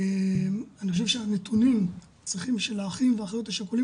אני חושב שהנתונים של האחים והאחיות השכולים,